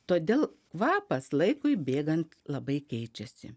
todėl kvapas laikui bėgant labai keičiasi